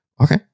Okay